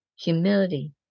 humility